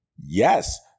Yes